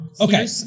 Okay